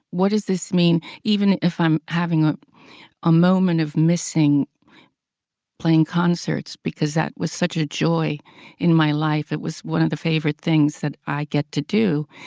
what does this mean even if i'm having a ah moment moment of missing playing concerts, because that was such a joy in my life. it was one of the favorite things that i get to do,